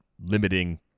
limiting